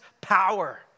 power